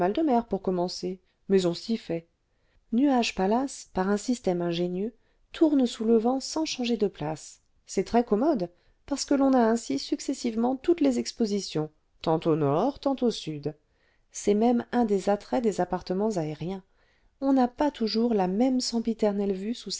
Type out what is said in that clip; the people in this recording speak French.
pour comle comle mencer mais on s'y fait nuage palace par un système ingénieux tourne sous le vent sans changer de place c'est très commode parce que l'on a ainsi successivement toutes les expositions tantôt nord tantôt sud c'est même un des attraits des appartements aériens on n'a pas toujours la même sempiternelle vue